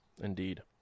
Indeed